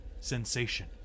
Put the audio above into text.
sensation